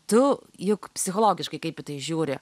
tu juk psichologiškai kaip į tai žiūri